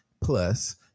Plus